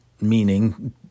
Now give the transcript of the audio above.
meaning